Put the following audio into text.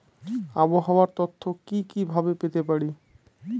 আবহাওয়ার তথ্য কি কি ভাবে পেতে পারি?